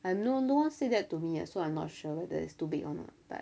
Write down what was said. I no no one said that to me eh so I'm not sure whether it's too big or not